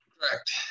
correct